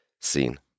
seen